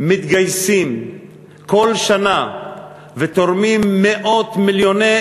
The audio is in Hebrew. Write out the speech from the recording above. מתגייסים כל שנה ותורמים מאות מיליוני